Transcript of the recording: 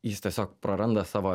jis tiesiog praranda savo